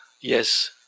Yes